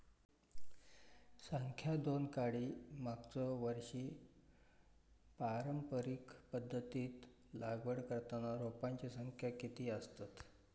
संख्या दोन काडी मागचो वर्षी पारंपरिक पध्दतीत लागवड करताना रोपांची संख्या किती आसतत?